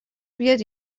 بیاد